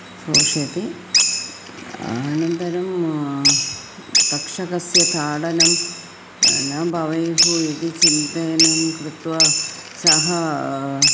श्रोष्यति अनन्तरं तक्षकस्य ताडनं न भवेयुः इति चिन्तयन् कृत्वा सः